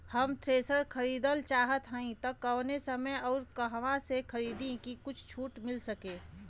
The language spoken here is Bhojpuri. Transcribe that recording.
हम थ्रेसर खरीदल चाहत हइं त कवने समय अउर कहवा से खरीदी की कुछ छूट मिल सके?